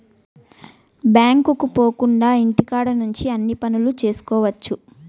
బ్యాంకుకు పోకుండా ఇంటికాడ నుండి అన్ని పనులు చేసుకోవచ్చు